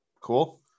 cool